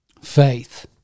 faith